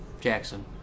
jackson